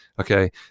Okay